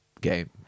game